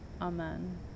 Amen